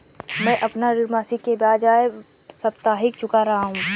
मैं अपना ऋण मासिक के बजाय साप्ताहिक चुका रहा हूँ